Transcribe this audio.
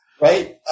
Right